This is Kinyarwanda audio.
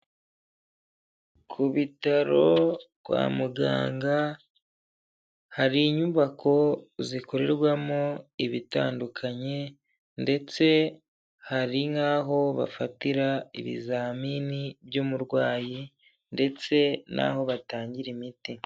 Ku bitaro kwa muganga hari inyubako zikorerwamo ibitandukanye, ndetse hari nk'aho bafatira ibizamini by'umurwayi ndetse n'aho batangira imiti.